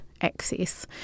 access